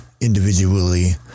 individually